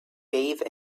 bathe